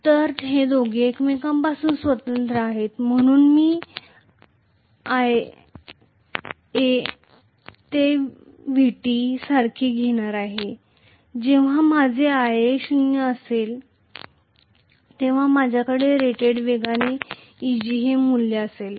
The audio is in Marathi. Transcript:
तर ते दोघे एकमेकांपासून स्वतंत्र आहेत म्हणून मी Ia आयए हे Vt व्हीटी सारखे घेणार आहे जेव्हा माझे Ia शून्य आहे तेव्हा माझ्याकडे रेटेड वेगाने Eg हे मूल्य असेल